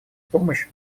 помощь